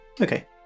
Okay